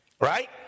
Right